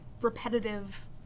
repetitive